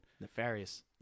Nefarious